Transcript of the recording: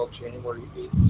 January